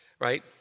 right